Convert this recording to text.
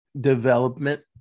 development